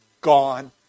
gone